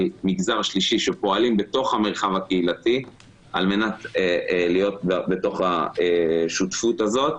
מגזר שלישי שפועלים בתוך המרחב הקהילתי על מנת להיות בתוך השותפות הזאת.